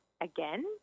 again